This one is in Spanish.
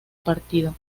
partido